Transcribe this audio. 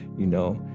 you know?